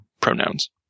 pronouns